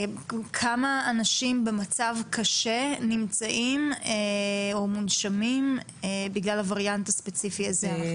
כמה אנשים במצב קשה נמצאים או מונשמים בגלל הווריאנט הספציפי הזה?